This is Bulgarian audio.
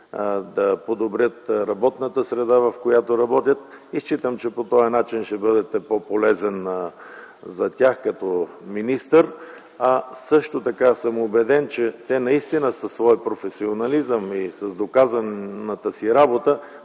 да подобрят работната среда, в която работят и считам, че по този начин ще бъдете по-полезен за тях като министър. Също така съм убеден, че със своя професионализъм и с доказаната си работа